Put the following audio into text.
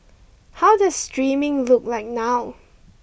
how does streaming look like now